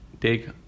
take